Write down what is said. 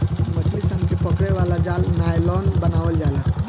मछली सन के पकड़े वाला जाल नायलॉन बनावल जाला